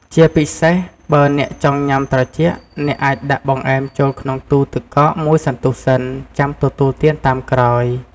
ជាពិសេស បើអ្នកចង់ញ៉ាំត្រជាក់ អ្នកអាចដាក់បង្អែមចូលក្នុងទូទឹកកកមួយសន្ទុះសិន ចាំទទួលទានតាមក្រោយ។